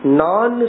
non